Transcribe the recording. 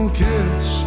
kiss